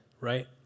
right